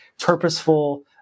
purposeful